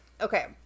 Okay